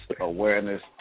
awareness